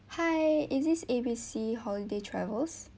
hi is this A B C holiday travels